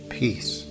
peace